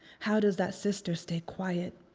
how does that sister stay quiet?